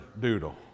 Doodle